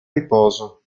riposo